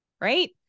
right